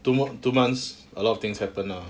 two month two months a lot of things happen lah